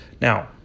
now